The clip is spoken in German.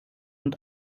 und